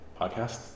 podcast